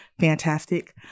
Fantastic